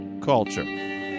culture